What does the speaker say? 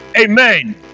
Amen